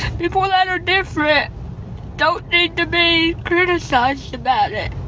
people that are different don't need to be criticized about it